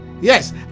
yes